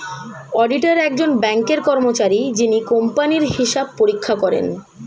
auditor একজন ব্যাঙ্কের কর্মচারী যিনি কোম্পানির হিসাব পরীক্ষা করেন